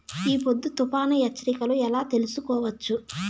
ఈ పొద్దు తుఫాను హెచ్చరికలు ఎలా తెలుసుకోవచ్చు?